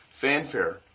fanfare